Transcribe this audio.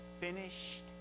finished